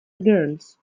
girls